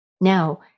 Now